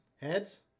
Heads